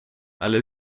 eller